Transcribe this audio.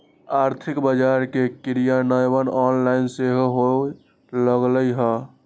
आर्थिक बजार के क्रियान्वयन ऑनलाइन सेहो होय लगलइ ह